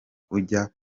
ujya